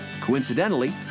Coincidentally